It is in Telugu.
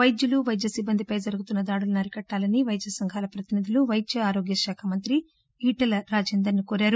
వైద్యులు వైద్య సిబ్బందిపై జరుగుతున్న దాడులను అరికట్టాలని వైద్య సంఘాల ప్రతినిధులు పైద్య ఆరోగ్య శాఖ మంత్రి ఈటల రాజేందర్ ను కోరారు